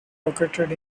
located